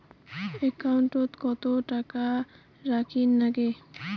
একাউন্টত কত টাকা রাখীর নাগে?